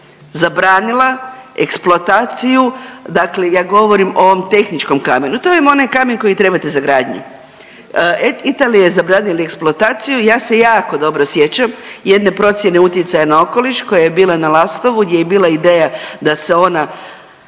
zabranila eksploataciju dakle ja govorim o ovom tehničkom kamenu. To vam je onaj kamen kojeg trebate za gradnju. Italija je zabranila eksploataciju i ja se jako dobro sjećam jedne procjene utjecaja na okoliš koja je bila na Lastovu gdje je bila ideja da se ona